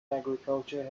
agriculture